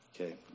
Okay